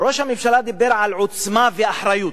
ראש הממשלה דיבר על עוצמה ואחריות.